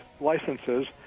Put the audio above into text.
licenses